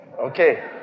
Okay